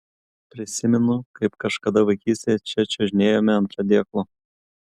prisimenu kaip kažkada vaikystėje čia čiuožinėjome ant padėklo